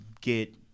get